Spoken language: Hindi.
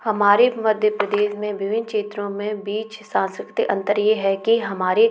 हमारे मध्य प्रदेश में विभिन्न क्षेत्रों में बीच सांस्कृतिक अंतर ये है कि हमारे